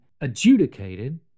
adjudicated